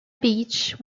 beach